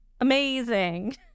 Amazing